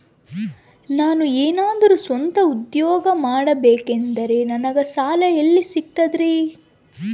ನಾನು ಏನಾದರೂ ಸ್ವಂತ ಉದ್ಯೋಗ ಮಾಡಬೇಕಂದರೆ ನನಗ ಸಾಲ ಎಲ್ಲಿ ಸಿಗ್ತದರಿ?